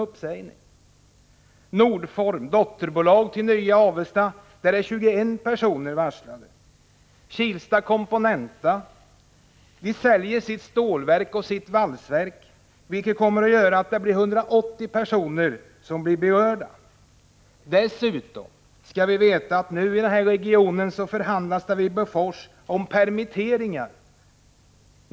Vid Nordform, dotterbolag till Nya Avesta, är 21 personer varslade. Kilsta Componenta säljer sitt stålverk och sitt valsverk, vilket kommer att göra att 180 personer berörs. Dessutom skall man veta att det vid Bofors inom den här regionen förhandlas om permitteringar.